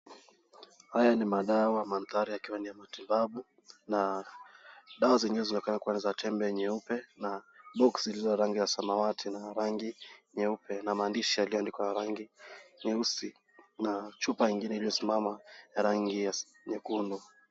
Haya madawa mandhari yakiwa ni ya matibabu. Na dawa zenyewe zimeweza kuwa ni za tembe nyeupe na boksi iliyo ya rangi ya samawati na rangi nyeupe na maandishi yaliyoandikwa na rangi nyeusi. Na chupa ingine iliyoandikwa na rangi nyekundu.